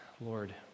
Lord